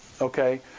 Okay